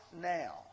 now